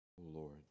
Lord